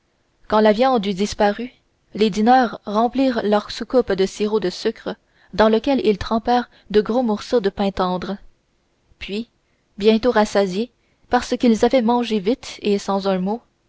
quand la viande eut disparu les dîneurs remplirent leurs soucoupes de sirop de sucre dans lequel ils trempèrent de gros morceaux de pain tendre puis bientôt rassasiés parce qu'ils avaient mangé vite et sans un mot